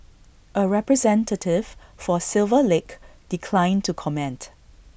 A representative for silver lake declined to comment